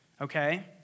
okay